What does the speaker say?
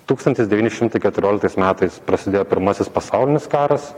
tūkstantis devyni šimtai keturioliktais metais prasidėjo pirmasis pasaulinis karas